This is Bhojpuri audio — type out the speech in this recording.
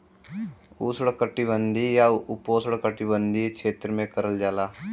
उष्णकटिबंधीय या उपोष्णकटिबंधीय क्षेत्र में करल जाला